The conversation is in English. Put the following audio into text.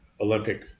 Olympic